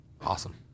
Awesome